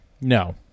No